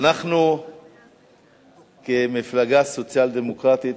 אנחנו כמפלגה סוציאל-דמוקרטית,